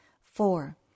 four